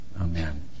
amen